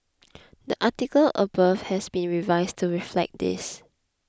the article above has been revised to reflect this